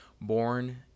born